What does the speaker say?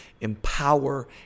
empower